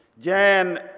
Jan